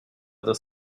other